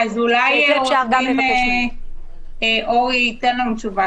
אולי אורי בוצמסקי יוכל לענות לנו תשובה,